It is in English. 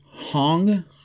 Hong